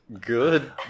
Good